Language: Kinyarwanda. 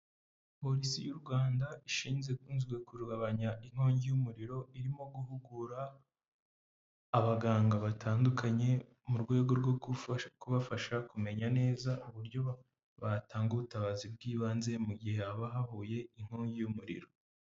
Polisi y'u Rwanda ishinzwe kugabanya inkongi y'umuriro irimo guhugura abaganga batandukanye, mu rwego rwo kubafasha kumenya neza uburyo batanga ubutabazi bw'ibanze, mu gihe haba havuye inkongi y'umuriro.